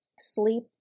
Sleep